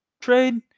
trade